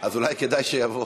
אז אולי כדאי שיבוא.